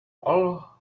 all